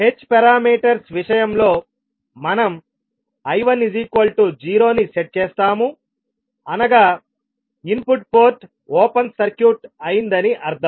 h parameters విషయంలో మనం I10 ని సెట్ చేస్తాముఅనగా ఇన్పుట్ పోర్ట్ ఓపెన్ సర్క్యూట్ అయిందని అర్థం